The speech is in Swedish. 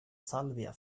salvia